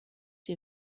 die